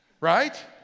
right